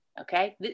Okay